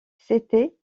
c’était